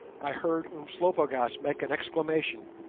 i heard umslopogaas make an exclamation,